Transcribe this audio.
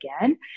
again